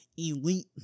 elite